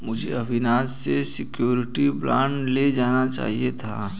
मुझे अविनाश से surety bond ले लेना चाहिए था